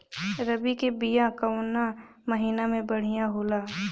रबी के बिया कवना महीना मे बढ़ियां होला?